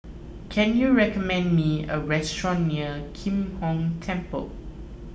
can you recommend me a restaurant near Kim Hong Temple